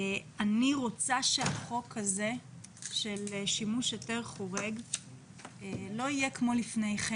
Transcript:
אני רוצה שהחוק הזה של שימוש היתר חורג לא יהיה כמו לפני כן.